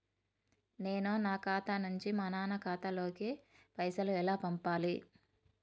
నేను నా ఖాతా నుంచి మా నాన్న ఖాతా లోకి పైసలు ఎలా పంపాలి?